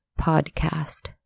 podcast